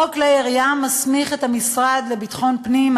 חוק כלי הירייה מסמיך את המשרד לביטחון פנים,